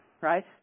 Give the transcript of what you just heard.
right